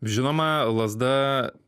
žinoma lazda